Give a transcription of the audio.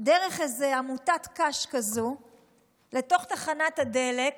דרך איזו עמותת קש כזו לתוך תחנת הדלק